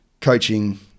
coaching